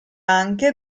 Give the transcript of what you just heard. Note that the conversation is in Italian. anche